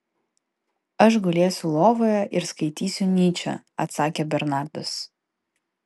aš gulėsiu lovoje ir skaitysiu nyčę atsakė bernardas